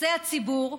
עושה הציבור,